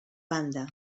banda